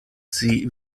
sie